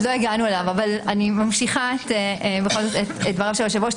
עוד לא הגענו אליו אבל אני בכל זאת ממשיכה את דברי היושב ראש.